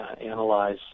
analyze